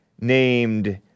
named